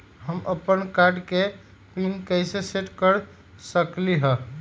हम अपन कार्ड के पिन कैसे सेट कर सकली ह?